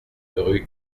rue